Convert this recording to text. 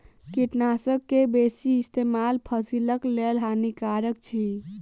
कीटनाशक के बेसी इस्तेमाल फसिलक लेल हानिकारक अछि